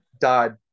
died